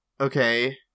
Okay